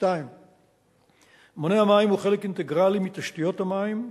2. מונה המים הוא חלק אינטגרלי מתשתיות המים,